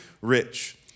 rich